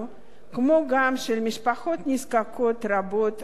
כמו גם של משפחות נזקקות רבות אחרות,